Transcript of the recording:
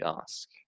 ask